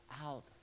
out